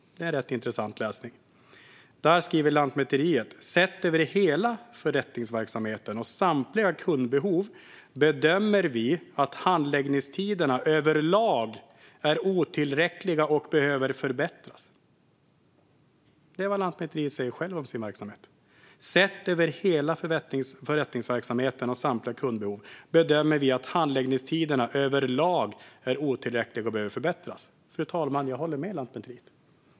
Det är rätt intressant läsning. Där skriver Lantmäteriet följande: "Sett över hela förrättningsverksamheten och samtliga kundbehov bedömer vi att handläggningstiderna överlag är otillräckliga och behöver förbättras." Det är vad Lantmäteriet säger om sin egen verksamhet. Fru talman! Jag håller med Lantmäteriet.